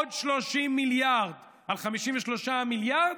עוד 30 מיליארד על 53 המיליארד.